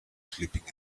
sleeping